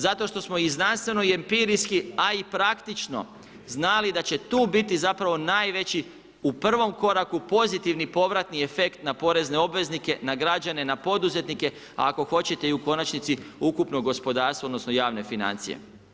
Zato što znanstveno i empirijski a i praktično znali da će tu biti zapravo u prvom koraku pozitivni povratni efekt na porezne obveznike, na građane, na poduzetnike a ako hoćete i u konačnici, ukupno gospodarstvo odnosno javne financije.